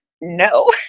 No